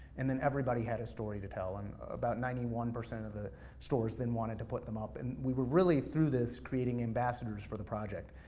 and then everybody had a story to tell, and about ninety one percent of the stores then wanted to put them up. and we were really, through this, creating ambassadors for the project.